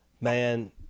Man